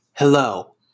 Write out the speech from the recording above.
Hello